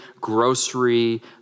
grocery